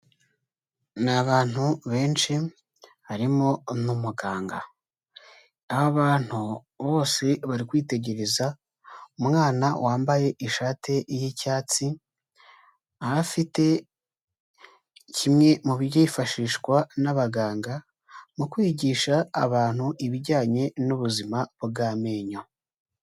Ni abantu benshi harimo n'umuganga, aba bantu bose bari kwitegereza umwana wambaye ishati y'icyatsi, aho afite kimwe mu byifashishwa n'abaganga, mu kwigisha abantu ibijyanye n'ubuzima bw'amenyo.